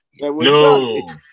No